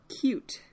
cute